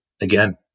again